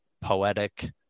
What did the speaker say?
poetic